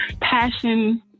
passion